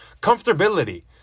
comfortability